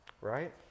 Right